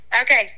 Okay